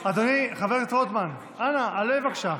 חבר הכנסת רוטמן, אנא, עלה, בבקשה.